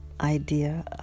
idea